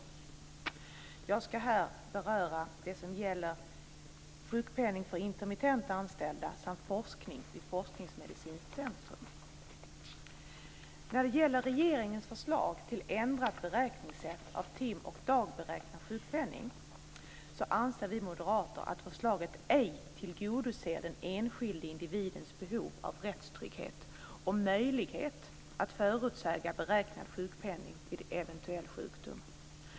Jag ska här beröra det som gäller sjukpenning för intermittent anställda och forskning vid Försäkringsmedicinska centrum. När det gäller regeringens förslag till ändrat beräkningssätt av tim och dagberäknad sjukpenning anser vi moderater att förslaget ej tillgodoser den enskilde individens behov av rättstrygghet och möjlighet att förutsäga beräknad sjukpenning vid eventuell sjukdom.